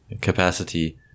capacity